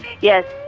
Yes